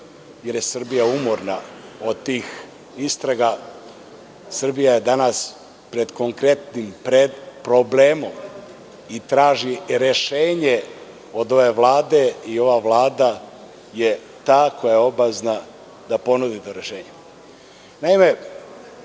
jer je Srbija umorna od tih istraga, Srbija je danas pred konkretnim problemom i traži rešenje od ove Vlade i ova Vlada je ta koja je obavezna da ponudi to rešenje. Naime,